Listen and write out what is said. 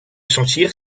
sentir